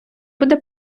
буде